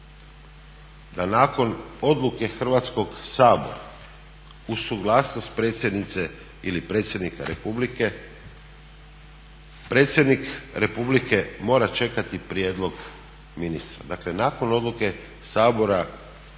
da nakon odluke Hrvatskog sabora uz suglasnost predsjednice ili predsjednika Republike, predsjednik Republike mora čekati prijedlog ministra. Dakle nakon odluke Sabora ovog Visokog